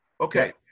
Okay